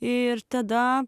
ir tada